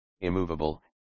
immovable